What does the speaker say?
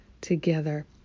together